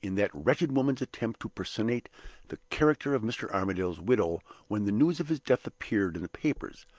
in that wretched woman's attempt to personate the character of mr. armadale's widow when the news of his death appeared in the papers.